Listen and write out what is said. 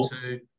two